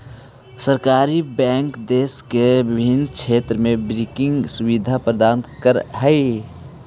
सहकारी बैंक देश के विभिन्न क्षेत्र में बैंकिंग सुविधा प्रदान करऽ हइ